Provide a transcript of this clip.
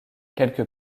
quelque